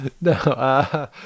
No